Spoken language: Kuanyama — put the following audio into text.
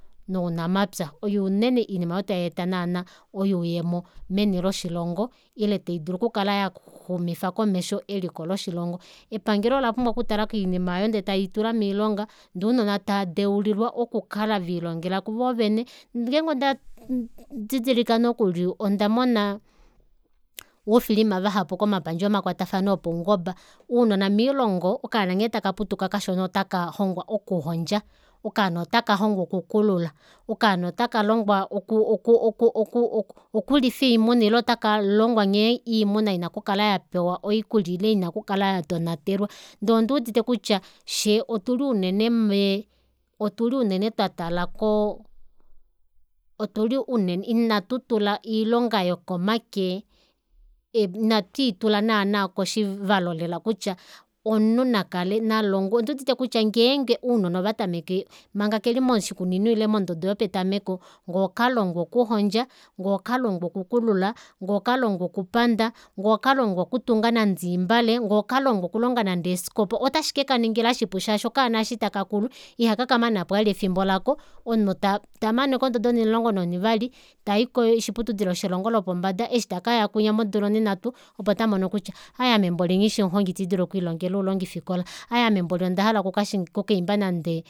Nounamapya oyo unene oinima aayo tayeeta naana oyuuyemo meni loshilongo ile taidulu oku kala yaxumifa komesho eliko loshilongo epangelo olapumbwa okutala koinima aayo ndee tayiitula moilonga ndee ounona tava deulilwa okukala velilongela kuvoo vene ngeenge onda didilika nonokuli ondamona ufilima vahapu komapandja omakwatafano opaungoba uunona moilongo okaana nghee taka putuka ota kalongwa okuhondja okanaa ota kalongwa oku kulula okaana ota kalongwa oku- oku- oku- oku okulifa oimuna ile ota kalongwa nghee oimuna ina okukala yapewa oikulya ile nghee ina okukala yatonatelwa ndee onduudite utya fyee otuli unene mee otuli unene twatala koo otuli unene ina tutula iilonga yokomake ina twiitula naana koshivalo lela kutya omunhu nakale nalongwe onduudite kutya ngeenge ounona ovatameke manga keli moshikunino ile mondodo yopetameko ngee okalongwa okuhondja ngee okalongwa okukulula ngee okalongwa okupanda ngee okalongwa okutunga nande oimbale ngee okalongwa okuninga nande eeskopa otashi kekaningila shipu shaashi okaana eshi takakulu ihaka kamanapo vali efimbo lako omunhu tamaneko ondodo onimulongo nonivali tai koshiputudilo shelongo lopombada eshi takaya kwinya modula oninhatu opo tamono kutya aaye ame mboli nghishi omuhongi ita ndidulu okwiilongela oulongifikola aaye ame mboli ondahala okuka shi kukaimba nande